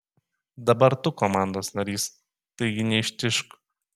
dabar tu komandos narys taigi neištižk